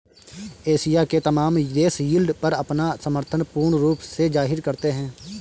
Asia के तमाम देश यील्ड पर अपना समर्थन पूर्ण रूप से जाहिर करते हैं